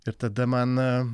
ir tada man